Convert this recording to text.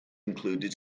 included